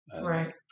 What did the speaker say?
Right